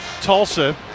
Tulsa